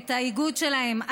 את האיגוד שלהם,